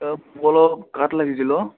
অলপ কাঠ লাগিছিল অঁ